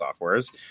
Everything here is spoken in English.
softwares